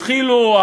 התחילו,